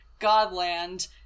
godland